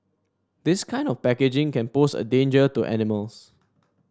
this kind of packaging can pose a danger to animals